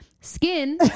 Skin